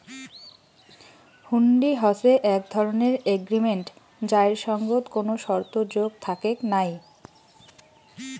হুন্ডি হসে এক ধরণের এগ্রিমেন্ট যাইর সঙ্গত কোনো শর্ত যোগ থাকেক নাই